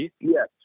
Yes